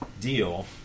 deal